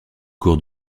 cours